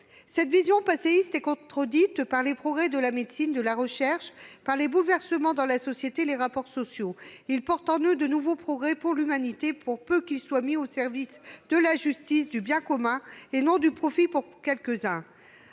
Cette vision passéiste est contredite par les progrès de la médecine, par ceux de la recherche, par les bouleversements dans la société et les rapports sociaux. Ceux-ci portent en eux de nouveaux progrès pour l'humanité, pour peu qu'ils soient mis au service de la justice, du bien commun, et non du profit au bénéfice de quelques-uns.